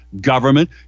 Government